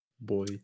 boy